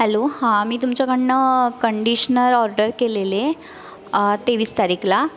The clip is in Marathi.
हॅलो हा मी तुमच्याकडनं कंडिशनर ऑर्डर केलेले तेवीस तारखेला